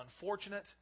unfortunate